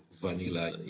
vanilla